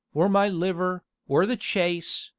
or my liver, or the chaise,